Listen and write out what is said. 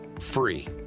free